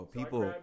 people